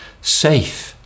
safe